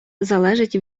залежить